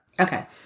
Okay